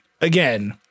again—